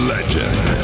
Legend